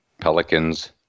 Pelicans